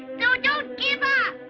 don't give up.